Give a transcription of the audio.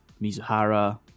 Mizuhara